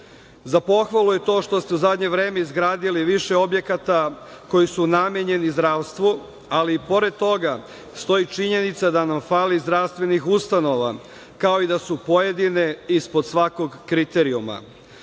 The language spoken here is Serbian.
pohvalu je to što ste u zadnje vreme izgradili više objekata koji su namenjeni zdravstvu, ali i pored toga stoji činjenica da nam fali zdravstvenih ustanova, kao i da su pojedine ispod svakog kriterijuma.